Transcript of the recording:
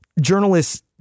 journalists